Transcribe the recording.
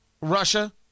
Russia